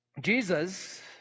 jesus